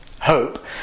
hope